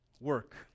work